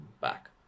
back